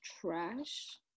trash